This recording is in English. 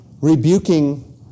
rebuking